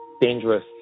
dangerous